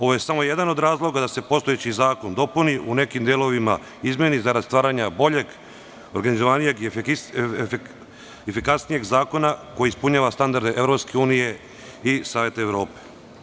Ovo je samo jedan od razloga da se postojeći zakon dopuni u nekim delovima izmeni za rad stvaranja boljeg, organizovanijeg, efikasnijeg zakona koji ispunjava standarde EU i Saveta Evrope.